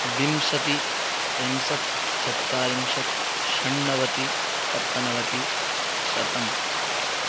विंशतिः त्रिंशत् चत्वारिंशत् षण्णवतिः सप्तनवतिः शतम्